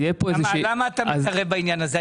למה לתה מתערב בעניין הזה?